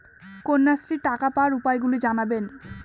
কন্যাশ্রীর টাকা পাওয়ার উপায়গুলি জানাবেন?